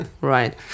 Right